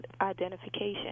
identification